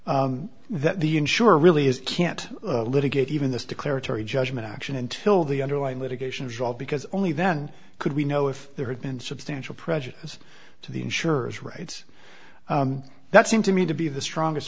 that the insurer really is can't litigate even this declaratory judgment action until the underlying litigation because only then could we know if there had been substantial prejudice to the insurers rights that seem to me to be the strongest